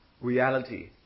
reality